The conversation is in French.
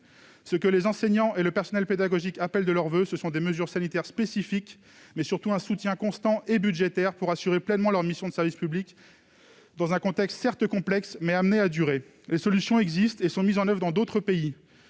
Ce que les enseignants et le personnel pédagogique appellent de leurs voeux, ce sont des mesures sanitaires spécifiques, mais surtout un soutien constant, notamment budgétaire, pour assurer pleinement leurs missions de service public dans un contexte certes complexe, mais appelé à durer. Les solutions existent ; elles sont mises en oeuvre dans d'autres pays